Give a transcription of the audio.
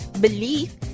belief